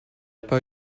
pas